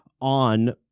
on